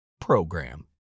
program